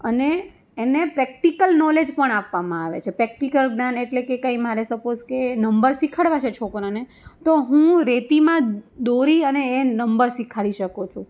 અને એને practical knowledge પણ આપવામાં આવે છે પ્રેક્ટિકલ જ્ઞાન એટલે કે કંઈ મારે કે સપોઝ કે નંબર શિખવાડવા છે છોકરાને તો હું રેતીમાં દોરી અને એ નંબર શિખવાડી શકું છું